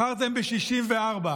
בחרתם ב-64.